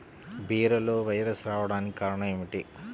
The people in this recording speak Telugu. బీరలో వైరస్ రావడానికి కారణం ఏమిటి?